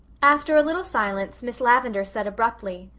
after a little silence miss lavendar said abruptly,